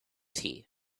tea